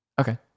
Okay